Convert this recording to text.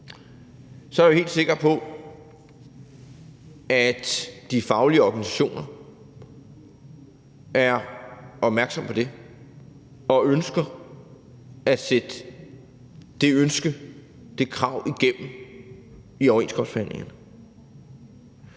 så er jeg jo helt sikker på, at de faglige organisationer er opmærksomme på det og ønsker at sætte det ønske og det krav igennem i overenskomstforhandlingerne,